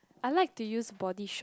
I like to use Body Shop